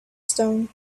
stone